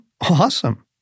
awesome